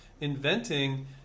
inventing